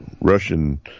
Russian